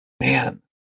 Man